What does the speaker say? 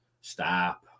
Stop